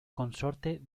consorte